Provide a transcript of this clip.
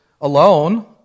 alone